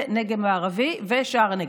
נגב מערבי ושער הנגב.